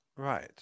Right